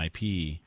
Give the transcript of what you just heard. IP